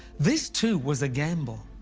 this too was a gamble.